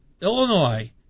Illinois